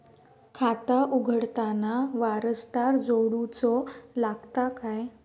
खाता उघडताना वारसदार जोडूचो लागता काय?